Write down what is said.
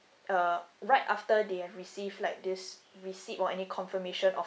uh right after they have receive like this receipt or any confirmation of